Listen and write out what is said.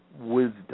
wisdom